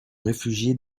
réfugier